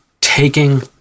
taking